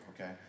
okay